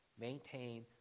maintain